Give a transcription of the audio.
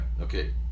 Okay